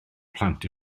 plant